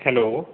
hello